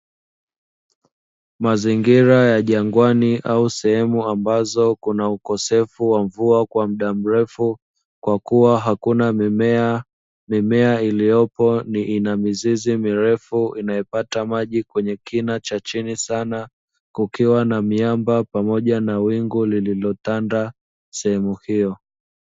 Mazingira ya jangwani au sehemu ambazo kuna ukosefu wa mvua kwa mda mrefu, kwa kuwa hakuna mimea. Mimea iliyopo ina mizizi mirefu inayopata maji kwenye kina cha chini sana, kukiwa na miamba pamoja na wingu lililotanda sehemu hiyo.